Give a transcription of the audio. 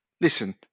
listen